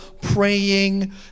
praying